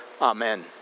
Amen